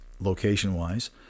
location-wise